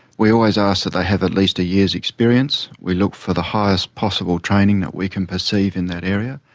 we always ask that they have at least a year's experience, we look for the highest possible training that we can perceive in that area.